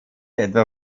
etwa